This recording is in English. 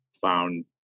found